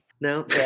no